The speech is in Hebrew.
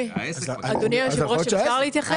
אני מנשיאות המגזר העסקי.